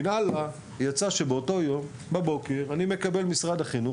יצא שבאותו יום בבוקר קיבלתי ממשרד החינוך